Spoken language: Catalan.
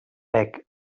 bec